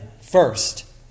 first